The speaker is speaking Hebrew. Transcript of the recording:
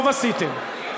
טוב עשיתם.